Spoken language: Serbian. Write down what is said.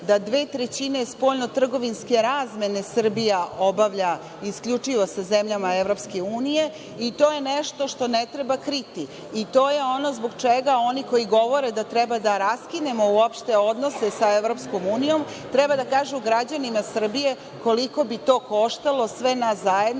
da dve trećine spoljnotrgovinske razmene Srbija obavlja isključivo sa zemljama EU i to je nešto što ne treba kriti. To je ono zbog čega oni koji govore da treba da raskinemo uopšte odnose sa EU, treba da kažu građanima Srbije koliko bi to koštalo sve nas zajedno